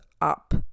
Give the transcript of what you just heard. up